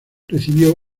recibió